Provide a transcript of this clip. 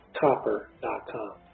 Copper.com